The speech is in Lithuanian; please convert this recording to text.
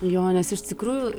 jo nes iš tikrųjų